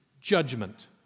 judgment